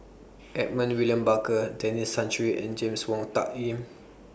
Edmund William Barker Denis Santry and James Wong Tuck Yim